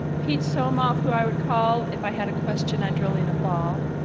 pete somoff who i would call if i had a question on drilling a ball,